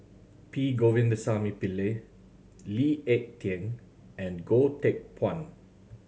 P Govindasamy Pillai Lee Ek Tieng and Goh Teck Phuan